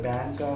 Bank